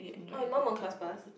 oh your mum on class pass